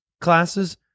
classes